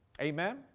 Amen